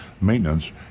maintenance